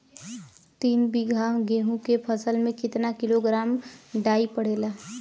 तीन बिघा गेहूँ के फसल मे कितना किलोग्राम डाई पड़ेला?